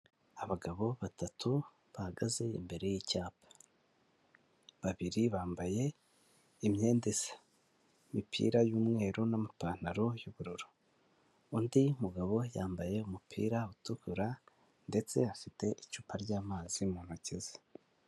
Abagabo batatu bahagaze imbere y'icyapa, babiri bambaye imyenda isa, imipira y'umweru n'amapantaro y'ubururu, undi mugabo yambaye umupira utukura ndetse afite icupa ry'amazi mu ntoki ze.